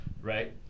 Right